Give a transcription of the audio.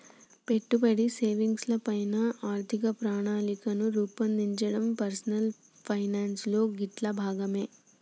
పెట్టుబడి, సేవింగ్స్ ల పైన ఆర్థిక ప్రణాళికను రూపొందించడం పర్సనల్ ఫైనాన్స్ లో గిట్లా భాగమే